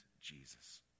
Jesus